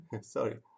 Sorry